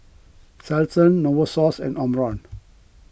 Selsun Novosource and Omron